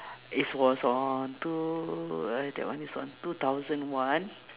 it's was on two that one is one two thousand one